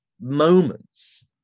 moments